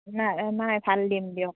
নাই নাই ভাল দিম দিয়ক